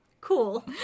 Cool